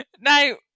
No